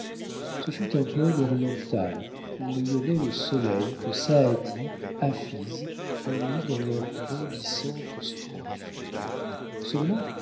ce fut un poème oriental où rayonnait le soleil que saadi hafiz ont mis dans leurs bondissantes strophes seulement